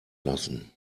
lassen